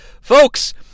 Folks